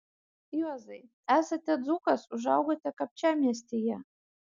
juozai esate dzūkas užaugote kapčiamiestyje